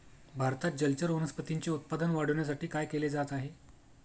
भारतात जलचर वनस्पतींचे उत्पादन वाढविण्यासाठी काय केले जात आहे?